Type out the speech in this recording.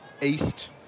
east